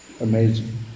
Amazing